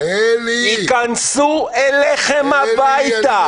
ייכנסו אליכם הביתה.